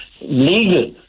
legal